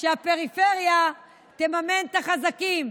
שהפריפריה תממן את החזקים,